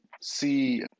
see